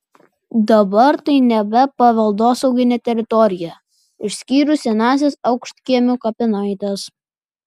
dabar tai nebe paveldosauginė teritorija išskyrus senąsias aukštkiemių kapinaites